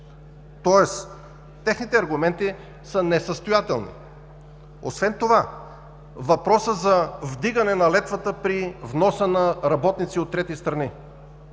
Тоест техните аргументи са несъстоятелни. Освен това, въпросът за вдигане на летвата при вноса на работници от трети страни.